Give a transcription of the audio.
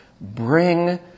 bring